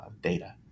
data